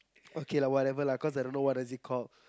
okay lah whatever lah cause I don't know what does it call